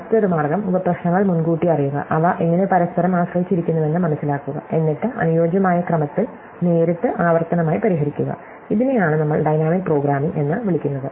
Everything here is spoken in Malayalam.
മറ്റൊരു മാർഗ്ഗം ഉപപ്രശ്നങ്ങൾ മുൻകൂട്ടി അറിയുക അവ എങ്ങനെ പരസ്പരം ആശ്രയിച്ചിരിക്കുന്നുവെന്ന് മനസിലാക്കുക എന്നിട്ട് അനുയോജ്യമായ ക്രമത്തിൽ നേരിട്ട് ആവർത്തനമായി പരിഹരിക്കുക ഇതിനെയാണ് നമ്മൾ ഡൈനാമിക് പ്രോഗ്രാമിംഗ് എന്ന് വിളിക്കുന്നത്